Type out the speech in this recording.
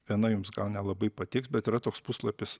viena jums gal nelabai patiks bet yra toks puslapis